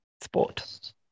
sport